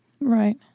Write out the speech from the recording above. Right